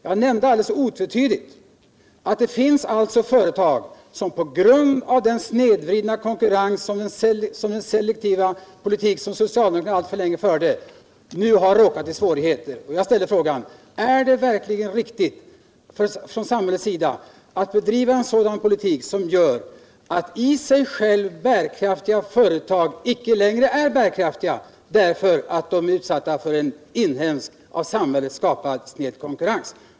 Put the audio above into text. Jag nämnde att det alldeles otvetydigt finns företag som nu har råkat i svårigheter på grund av den snedvridna konkurrensen till följd av den selektiva politik som socialdemokraterna länge förde. Jag ställde frågan: Är det verkligen riktigt att från samhällets sida bedriva en politik som gör att i sig bärkraftiga företag icke längre kan vara bärkraftiga därför att de utsätts för en inhemsk, av samhället skapad sned konkurrens?